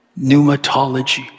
Pneumatology